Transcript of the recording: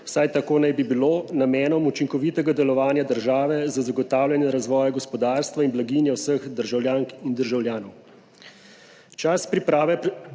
vsaj tako naj bi bilo, namenom učinkovitega delovanja države za zagotavljanje razvoja gospodarstva in blaginje vseh državljank in državljanov.